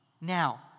Now